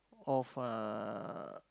of uh